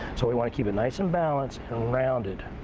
so, we want to keep it nice and balanced and rounded,